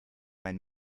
mein